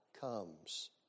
comes